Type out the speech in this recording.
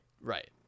Right